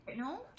No